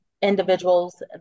individuals